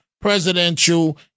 presidential